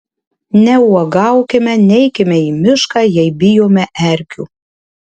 neuogaukime neikime į mišką jei bijome erkių